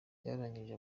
byarangije